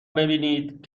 ببینید